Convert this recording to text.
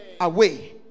away